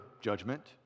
judgment